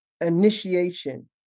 initiation